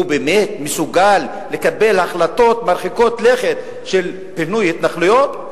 הוא באמת מסוגל לקבל החלטות מרחיקות לכת של פינוי התנחלויות?